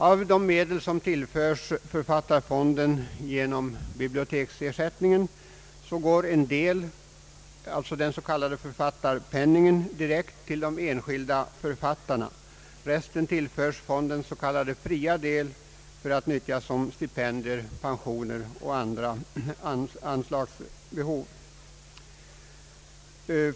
Av de medel som tillförts författarfonden genom biblioteksersättningen går en del, den s.k. författarpenningen, direkt till de enskilda författarna. Resten tillförs fondens s.k. fria del för att nyttjas som stipendier, pensioner och andra anslagsbehov.